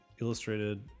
illustrated